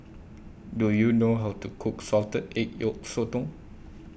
Do YOU know How to Cook Salted Egg Yolk Sotong